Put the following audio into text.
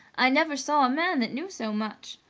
i never saw a man that knew so much!